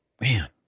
Man